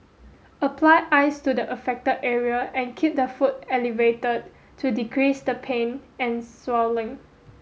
apply ice to the affect area and keep the foot elevated to decrease the pain and swelling